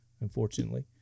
unfortunately